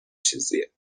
چیزیه